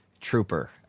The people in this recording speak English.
Trooper